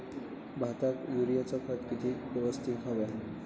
भाताक युरियाचा खत किती यवस्तित हव्या?